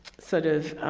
sort of